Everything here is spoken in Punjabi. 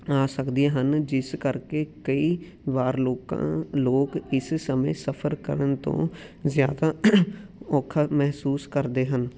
ਆ ਸਕਦੀਆਂ ਹਨ ਜਿਸ ਕਰਕੇ ਕਈ ਵਾਰ ਲੋਕਾਂ ਲੋਕ ਇਸ ਸਮੇਂ ਸਫਰ ਕਰਨ ਤੋਂ ਜ਼ਿਆਦਾ ਔਖਾ ਮਹਿਸੂਸ ਕਰਦੇ ਹਨ